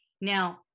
Now